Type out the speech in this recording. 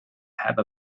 have